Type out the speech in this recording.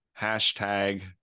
Hashtag